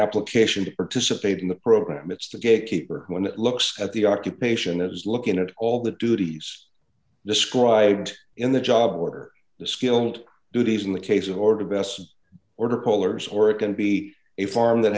application to participate in the program it's the gatekeeper when it looks at the occupation as looking at all the duties described in the job where the skilled duties in the case in order to best order polars or it can be a farm that